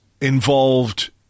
involved